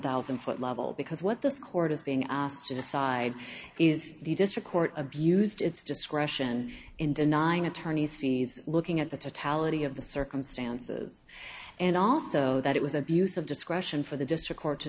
thousand foot level because what this court is being asked to decide is the district court abused its discretion in denying attorney's fees looking at the totality of the circumstances and also that it was abuse of discretion for the district court to